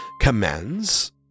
commands